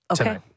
Okay